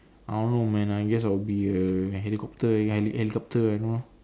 I don't know man I guess I will be a helicopter heli~ helicopter and all